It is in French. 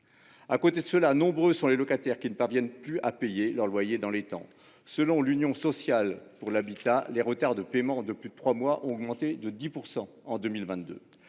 plus, de nombreux locataires ne parviennent plus à payer leur loyer dans les temps : selon l'Union sociale pour l'habitat (USH), les retards de paiement de plus de trois mois ont augmenté de 10 % en 2022.